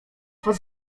pod